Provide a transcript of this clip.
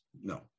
No